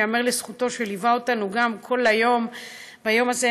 שייאמר לזכותו שליווה אותנו כל היום ביום הזה.